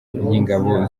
y’ingabo